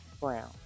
Brown